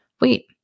wait